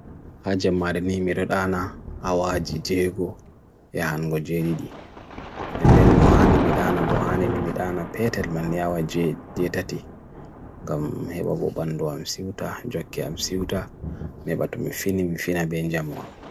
Hajem marini mirodana awaji jego ya hango je di di. Nenden nohani mirodana bohani ni mirodana petal mani awaji de tati. Gam he babo bandwa amsi uta, jo kya amsi uta, me bato mi fi ni mifina benja moham.